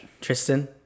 Tristan